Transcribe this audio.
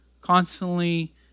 constantly